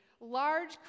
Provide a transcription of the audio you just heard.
large